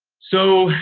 so,